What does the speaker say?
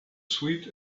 sweet